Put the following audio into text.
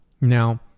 Now